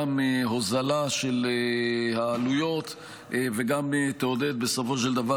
גם הוזלה של העלויות וגם תעודד בסופו של דבר